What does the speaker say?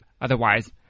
Otherwise